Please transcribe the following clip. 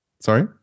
Sorry